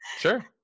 Sure